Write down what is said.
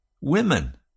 women